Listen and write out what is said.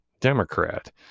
Democrat